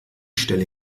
stelle